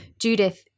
Judith